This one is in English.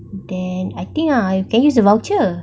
then I think ah can use the voucher